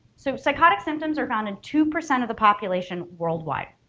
so psychotic symptoms are found in two percent of the population worldwide.